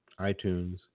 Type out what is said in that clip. iTunes